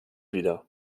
wieder